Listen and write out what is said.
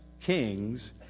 kings